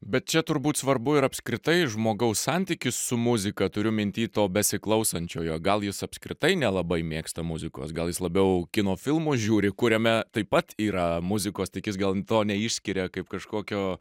bet čia turbūt svarbu ir apskritai žmogaus santykis su muzika turiu minty to besiklausančiojo gal jis apskritai nelabai mėgsta muzikos gal jis labiau kino filmus žiūri kuriame taip pat yra muzikos tik jis gal to neišskiria kaip kažkokio